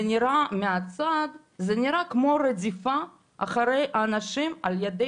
זה נראה מהצד כמו רדיפה אחרי אנשים על ידי